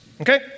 Okay